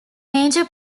major